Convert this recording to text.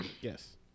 Yes